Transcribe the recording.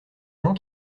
gens